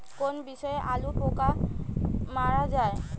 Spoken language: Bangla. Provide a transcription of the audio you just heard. কোন বিষে আলুর পোকা মারা যায়?